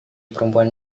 perempuan